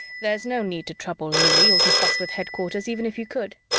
there's no need to trouble lili, or to fuss with headquarters, even if you could.